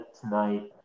tonight